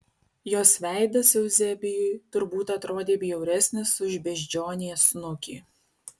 jos veidas euzebijui turbūt atrodė bjauresnis už beždžionės snukį